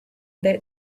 that